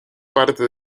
parte